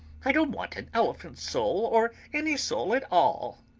i don't want an elephant's soul, or any soul at all!